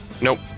Nope